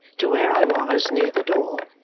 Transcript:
to where i was, near the door,